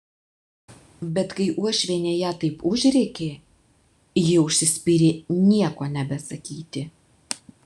bet kai uošvienė ją taip užrėkė ji užsispyrė nieko nebesakyti